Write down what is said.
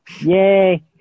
Yay